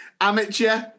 Amateur